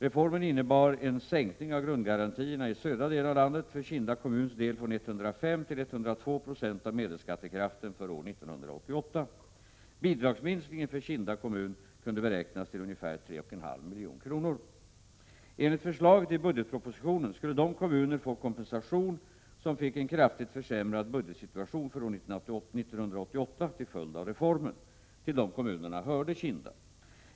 Reformen innebar en sänkning av grundgarantierna i södra delen av landet, för Kinda kommuns del från 105 97 till 102 76 av medelskattekraften för år 1988. Bidragsminskningen för Kinda kommun kunde beräknas till ca 3,5 milj.kr. Enligt förslaget i budgetpropositionen skulle de kommuner som fick en kraftigt försämrad budgetsituation för år 1988 till följd av reformen få kompensation. Till dessa kommuner hörde Kinda.